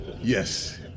Yes